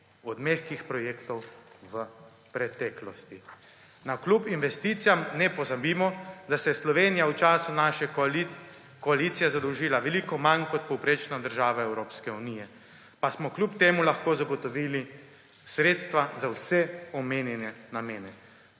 od mehkih projektov v preteklosti? Navkljub investicijam ne pozabimo, da se je Slovenija v času naše koalicije zadolžila veliko manj kot povprečna država Evropske unije, pa smo kljub temu lahko zagotovili sredstva za vse omenjene namene.